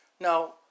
Now